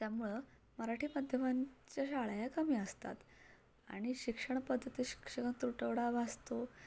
त्यामुळं मराठी माध्यमांच्या शाळा या कमी असतात आणि शिक्षण पद्धतीत शिक्षक तुटवडा भासतो